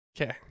Okay